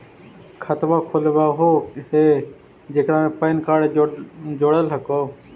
खातवा खोलवैलहो हे जेकरा मे पैन कार्ड जोड़ल हको?